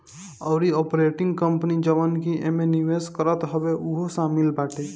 अउरी operating company जवन की एमे निवेश करत हवे उहो शामिल बाटे